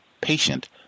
patient